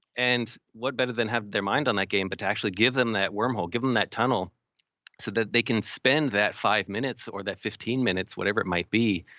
and what better than have their mind on that game but to actually give them that wormhole. give them that tunnel so that they can spend that five minutes or that fifteen minutes, whatever it might be,